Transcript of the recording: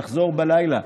לחזור בלילה.